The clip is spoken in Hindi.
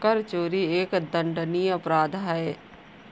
कर चोरी एक दंडनीय अपराध है